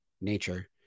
nature